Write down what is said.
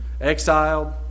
exiled